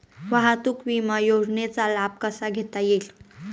वाहतूक विमा योजनेचा लाभ कसा घेता येईल?